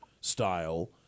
style